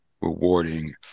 rewarding